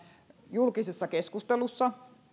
julkisessa keskustelussa